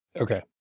Okay